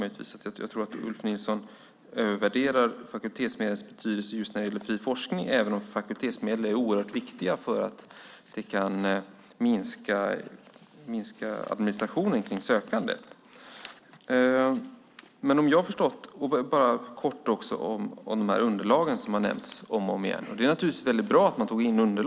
Jag tror att Ulf Nilsson övervärderar fakultetsmedlens betydelse just när det gäller fri forskning även om fakultetsmedel är viktiga för att det kan minska administrationen vid sökandet. När det gäller underlagen var det bra att man tog in dem.